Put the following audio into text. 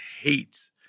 hates